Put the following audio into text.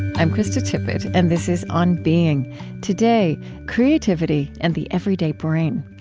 i'm krista tippett, and this is on being today creativity and the everyday brain.